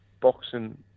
boxing